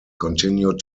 continued